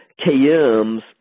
KMs